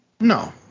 No